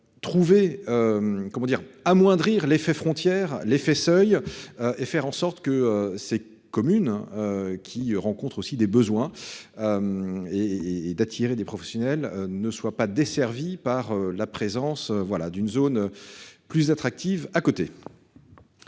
Trouver. Comment dire amoindrir l'effet frontière l'effet seuil. Et faire en sorte que ces communes. Qui rencontrent aussi des besoins. Et d'attirer des professionnels ne soit pas desservie par la présence voilà d'une zone. Plus attractive à côté.